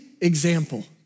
example